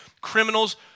criminals